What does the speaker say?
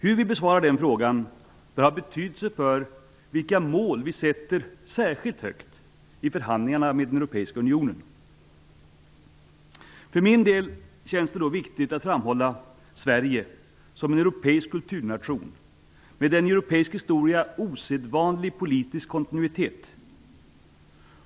Hur vi besvarar den frågan bör ha betydelse för vilka mål vi sätter särskilt högt i förhandlingarna med den europeiska unionen. För min del känns det då viktigt att framhålla Sverige som en europeisk kulturnation med en i europeisk historia osedvanlig politisk kontinuitet.